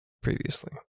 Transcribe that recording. previously